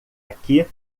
aqui